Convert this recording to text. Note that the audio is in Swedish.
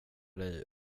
dig